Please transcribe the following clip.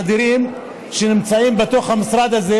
תקציבים אדירים שנמצאים בתוך המשרד הזה,